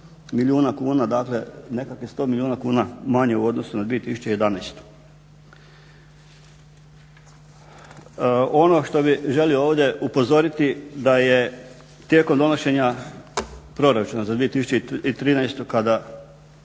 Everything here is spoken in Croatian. milijuna kuna, dakle nekakvih 100 milijuna kuna manje u odnosu na 2011. Ono što bih želio ovdje upozoriti da je tijekom donošenja proračuna za 2013. kada